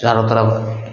चारू तरफ